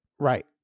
Right